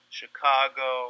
Chicago